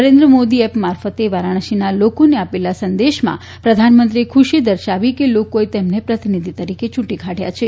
Narendra Modi app મારફથે વારાણસીના લોકોને આપેલા સંદેશામાં પ્રધાનમંત્રીએ ખૂશી દર્શાવી કે લોકોએ તેમને પ્રતિનિધિ તરીકે ચૂંટી કાઢવા છે